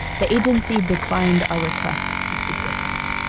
the agency declined our request to speak with him,